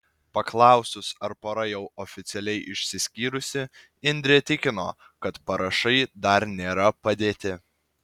paklausus ar pora jau oficialiai išsiskyrusi indrė tikino kad parašai dar nėra padėti